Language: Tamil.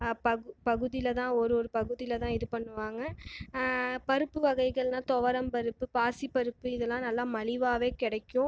பகு பகுதியில் தான் ஒரு ஒரு பகுதியில் தான் இது பண்ணுவாங்கள் பருப்பு வகைகள்லாம் துவரம்பருப்பு பாசிப்பருப்பு இதெல்லாம் நல்ல மலிவாகவே கிடைக்கும்